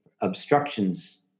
obstructions